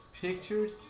Pictures